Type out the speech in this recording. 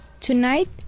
Tonight